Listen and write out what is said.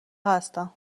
هستم